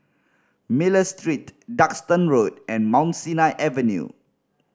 Miller Street Duxton Road and Mount Sinai Avenue